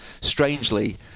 strangely